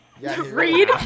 Read